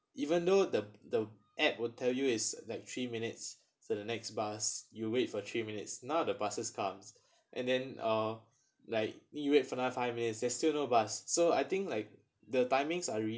even though the the app will tell you is like three minutes to the next bus you wait for three minutes not the buses comes and then uh like me wait for another five minutes there's still no bus so I think like the timings are really